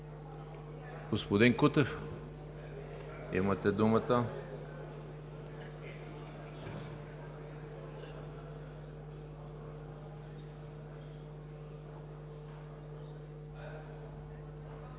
Господин Кутев, имате думата.